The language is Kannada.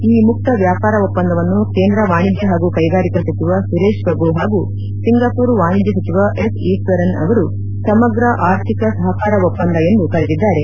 ಈ ಮುಕ್ತ ವ್ಲಾಪಾರ ಒಪ್ಪಂದವನ್ನು ಕೇಂದ್ರ ವಾಣಿಜ್ಯ ಹಾಗೂ ಕೈಗಾರಿಕಾ ಸಚಿವ ಸುರೇಶ್ ಪ್ರಭು ಹಾಗೂ ಸಿಂಗಾಪೂರ್ ವಾಣಿಜ್ಯ ಸಚಿವ ಎಸ್ ಈಸ್ವರನ್ ಅವರು ಸಮಗ್ರ ಆರ್ಥಿಕ ಸಹಕಾರ ಒಪ್ಪಂದ ಎಂದು ಕರೆದಿದ್ದಾರೆ